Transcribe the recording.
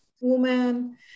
woman